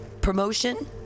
promotion